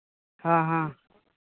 ᱦᱮᱸ ᱦᱮᱸ